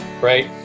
right